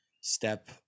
step